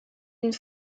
une